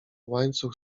łańcuch